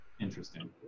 Interesting